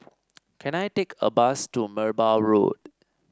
can I take a bus to Merbau Road